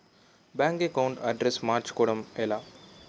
Bank account address మార్చుకోవడం ఎలా?